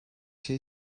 şey